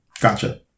Gotcha